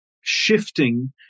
Shifting